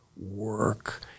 work